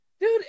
Dude